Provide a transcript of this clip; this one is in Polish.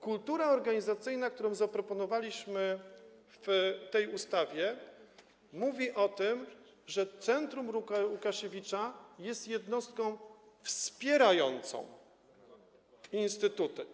Kultura organizacyjna, którą zaproponowaliśmy w tej ustawie, mówi o tym, że Centrum Łukasiewicz jest jednostką wspierającą instytuty.